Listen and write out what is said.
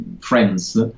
friends